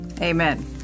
Amen